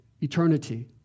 eternity